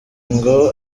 ngo